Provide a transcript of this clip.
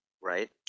right